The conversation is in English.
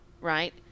Right